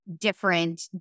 different